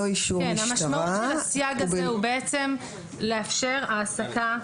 המשמעות של הסייג הזה היא בעצם לאפשר העסקה.